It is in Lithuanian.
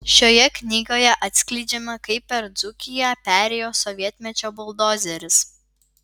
šioje knygoje atskleidžiama kaip per dzūkiją perėjo sovietmečio buldozeris